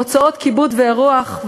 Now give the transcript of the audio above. הוצאות כיבוד ואירוח,